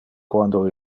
quando